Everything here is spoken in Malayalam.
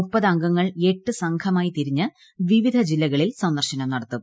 മുപ്പത് അംഗങ്ങൾ എട്ട് സംഘമായി തിരിഞ്ഞ് വിവിധ ജില്ലകളിൽ സന്ദർശനം നടത്തും